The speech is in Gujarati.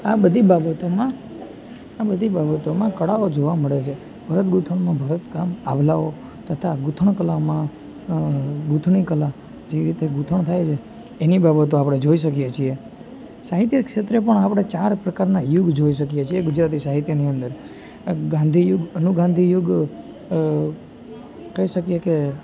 આ બધી બાબતોમાં આ બધી બાબતોમાં કળાઓ જોવાં મળે છે ભરતગૂંથણમાં ભરતકામ આભલાંઓ તથા ગૂંથણ કળામાં ગૂંથણી કળા જેવી રીતે ગૂંથણ થાય છે એની બાબતો આપણે જોઈ શકીએ છીએ સાહિત્ય ક્ષેત્રે પણ આપણે ચાર પ્રકારનાં યુગ જોઈ શકીએ છીએ ગુજરાતી સાહિત્યની અંદર ગાંધી યુગ અનુગાંધી યુગ કહી શકીએ કે